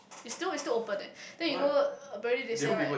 it's still it's still open eh then you know apparently they say right